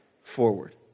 forward